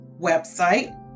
website